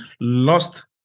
lost